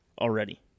already